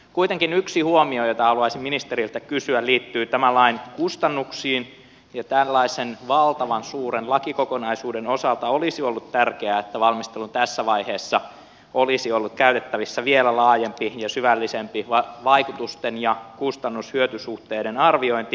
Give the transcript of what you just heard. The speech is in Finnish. kuitenkin yksi huomio jota haluaisin ministeriltä kysyä liittyy tämän lain kustannuksiin ja tällaisen valtavan suuren lakikokonaisuuden osalta olisi ollut tärkeää että valmistelun tässä vaiheessa olisi ollut käytettävissä vielä laajempi ja syvällisempi vaikutusten ja kustannushyöty suhteiden arviointi